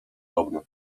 dobne